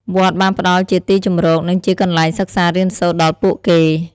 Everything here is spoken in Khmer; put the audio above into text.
វត្តបានផ្ដល់ជាទីជម្រក និងជាកន្លែងសិក្សារៀនសូត្រដល់ពួកគេ។